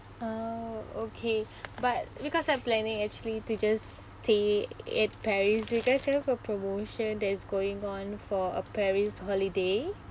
oh okay but because I'm planning actually to just stay in paris you guys have a promotion that's going on for a paris holiday